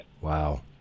Wow